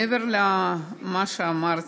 מעבר למה שאמרתי,